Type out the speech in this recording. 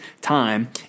time